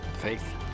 Faith